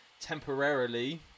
temporarily